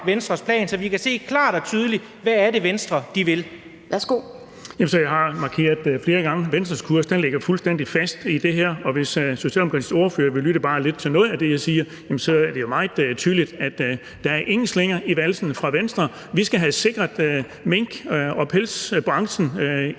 17:30 Anden næstformand (Pia Kjærsgaard): Værsgo. Kl. 17:30 Erling Bonnesen (V): Jamen som jeg har markeret flere gange: Venstres kurs ligger fuldstændig fast i det her, og hvis Socialdemokratiets ordfører vil lytte bare lidt til noget af det, jeg siger, så er det jo meget tydeligt, at der ingen slinger i valsen er fra Venstres side. Vi skal have sikret mink- og pelsbranchen i